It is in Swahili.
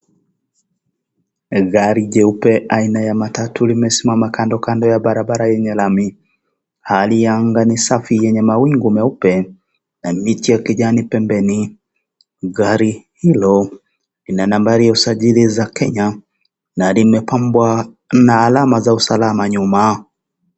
Gari jeupe aina ya matatu limesimama kandokando ya barabara yenye lami, hali ya anga ni safi yenye mawingu meupe na miche ya kijani pembeni, gari hilo lina nambari ya usajili za Kenya na limepambwa , kuna alama za usalama nyuma.